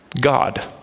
God